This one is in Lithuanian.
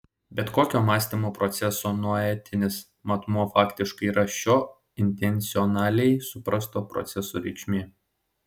bet kokio mąstymo proceso noetinis matmuo faktiškai yra šio intencionaliai suprasto proceso reikšmė